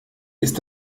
ist